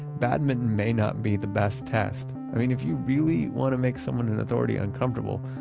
badminton may not be the best test. i mean, if you really want to make someone in authority uncomfortable,